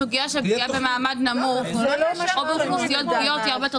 הסוגיה של פגיעה במעמד נמוך או באוכלוסיות פגיעות היא הרבה יותר